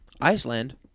Iceland